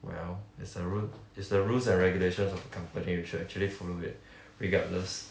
well that's a rule is the rules and regulations of the company we should actually follow it regardless